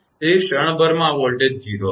તેથી ક્ષણભરમાં આ વોલ્ટેજ 0 હશે